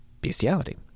bestiality